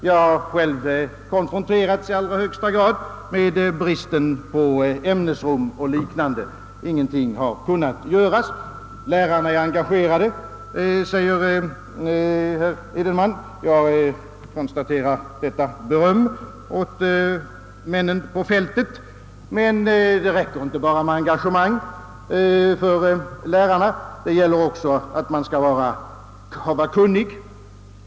Jag har själv högst påtagligt konfronterats med bristen på ämbetsrum m.m. Ingenting har kunnat göras. Lärarna är engagerade, meddelar herr Edenman. Jag konstaterar detta beröm åt männen på fältet, men det räcker inte med bara engagemang från lärarnas sida, utan man måste också vara kunnig.